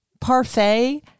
parfait